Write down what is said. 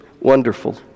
wonderful